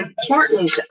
important